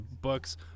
books